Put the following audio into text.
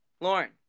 Lauren